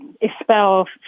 expel